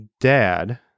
dad